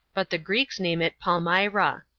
but the greeks name it palmyra.